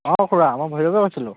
অঁ খুড়া মই ভৈৰৱে কৈছিলোঁ